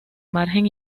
margen